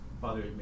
Father